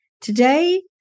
Today